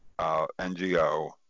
NGO